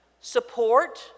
support